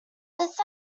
besides